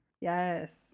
yes